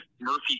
Murphy